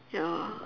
ya